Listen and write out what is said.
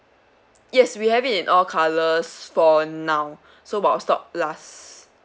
yes we have it in all colours for now so while stock lasts